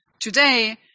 today